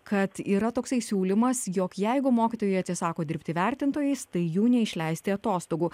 kad yra toksai siūlymas jog jeigu mokytojai atsisako dirbti vertintojais tai jų neišleisti atostogų